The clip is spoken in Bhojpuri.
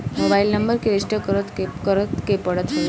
मोबाइल नंबर के रजिस्टर करे के पड़त हवे